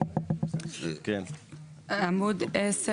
עמוד 9